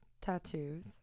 tattoos